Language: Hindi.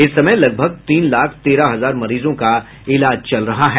इस समय लगभग तीन लाख तेरह हजार मरीजों का इलाज चल रहा है